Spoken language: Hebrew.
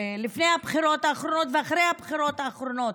הבחירות האחרונות ואחרי הבחירות האחרונות?